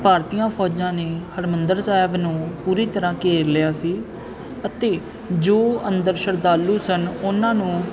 ਭਾਰਤੀਆਂ ਫੌਜਾਂ ਨੇ ਹਰਿਮੰਦਰ ਸਾਹਿਬ ਨੂੰ ਪੂਰੀ ਤਰ੍ਹਾਂ ਘੇਰ ਲਿਆ ਸੀ ਅਤੇ ਜੋ ਅੰਦਰ ਸ਼ਰਧਾਲੂ ਸਨ ਉਹਨਾਂ ਨੂੰ